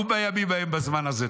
ובימים ההם בזמן הזה.